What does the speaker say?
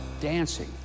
dancing